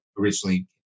originally